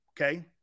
Okay